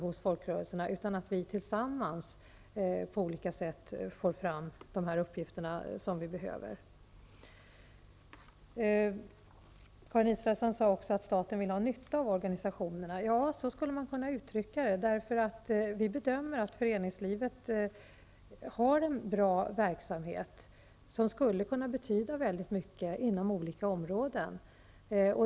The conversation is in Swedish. Vi bör tillsammans på olika sätt ta fram de uppgifter som vi behöver. Karin Israelsson sade också att staten vill ha nytta av organisationerna. Ja, så skulle man kunna uttrycka det. Vi bedömer att föreningslivet har en bra verksamhet, som skulle kunna betyda mycket inom olika områden.